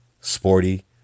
sporty